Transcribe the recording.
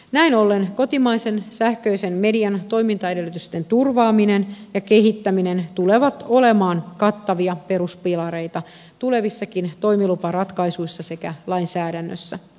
näin ollen kotimaisen sähköisen median toimintaedellytysten turvaaminen ja kehittäminen tulevat olemaan kattavia peruspilareita tulevissakin toimiluparatkaisuissa sekä lainsäädännössä